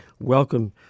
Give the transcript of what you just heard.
welcome